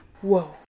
Whoa